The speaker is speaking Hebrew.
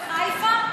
בחיפה?